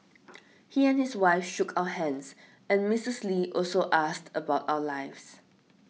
he and his wife shook our hands and Mrs Lee also asked us about our lives